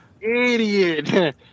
Idiot